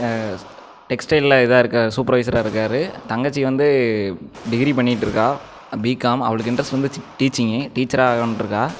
டெக்ஸ்டைலில் இதாக இருக்கார் சூப்பர்வைசராக இருக்கார் தங்கச்சி வந்து டிகிரி பண்ணிகிட்டுருக்கா பிகாம் அவளுக்கு இன்ட்ரஸ்ட்டு வந்து டீச்சிங்கு டீச்சராகணும்ன்ருக்கா